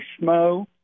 Schmo